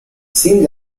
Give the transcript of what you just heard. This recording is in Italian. sin